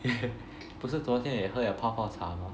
不是昨天也喝了泡泡茶吗